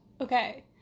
Okay